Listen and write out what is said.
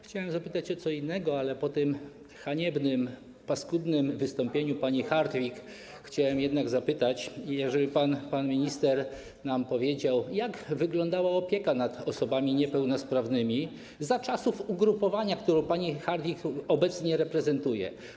Chciałem zapytać o co innego, ale po tym haniebnym, paskudnym wystąpieniu pani Hartwich chciałem jednak prosić, żeby pan minister nam powiedział, jak wyglądała opieka nad osobami niepełnosprawnymi za czasów ugrupowania, które pani Hartwich obecnie reprezentuje.